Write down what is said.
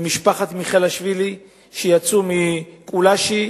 ממשפחת מיכאלשווילי יצאו מקולאשי